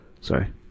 sorry